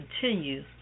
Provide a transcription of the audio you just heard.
continue